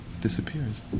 disappears